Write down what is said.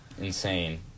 insane